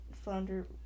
Flounder